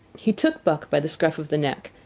he took buck by the scruff of the neck,